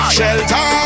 Shelter